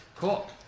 Cool